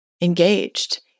engaged